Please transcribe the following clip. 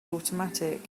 automatic